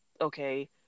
okay